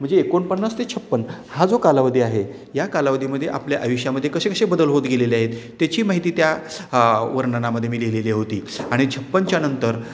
म्हणजे एकोणपन्नास ते छप्पन हा जो कालावधी आहे या कालावदीमध्ये आपल्या आयुष्यामध्ये कसे कसे बदल होत गेलेले आहेत त्याची माहिती त्या वर्णनामध्ये मी लिहिलेली होती आणि छप्पनच्या नंतर